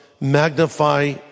magnify